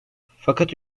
fakat